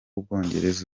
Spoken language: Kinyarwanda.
bwongereza